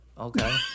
Okay